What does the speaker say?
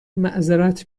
معذرت